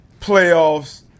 playoffs